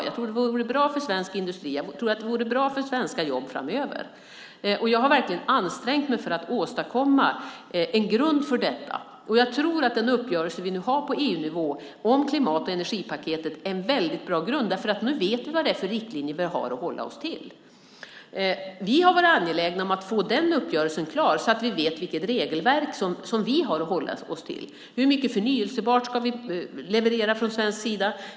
Jag tror att det vore bra för svensk industri och för svenska jobb framöver, och jag har verkligen ansträngt mig för att åstadkomma en grund för detta. Jag tror att den uppgörelse vi nu har på EU-nivå om klimat och energipaketet är en väldigt bra grund. Nu vet vi nämligen vad det är för riktlinjer vi har att hålla oss till. Vi har varit angelägna om att få den uppgörelsen klar så att vi vet vilket regelverk som vi har att hålla oss till. Hur mycket förnybart ska vi leverera från svensk sida?